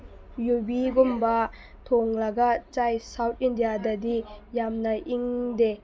ꯌꯨꯕꯤꯒꯨꯝꯕ ꯊꯣꯡꯂꯒ ꯆꯥꯏ ꯁꯥꯎꯠ ꯏꯟꯗꯤꯌꯥꯗꯗꯤ ꯌꯥꯝꯅ ꯏꯪꯗꯦ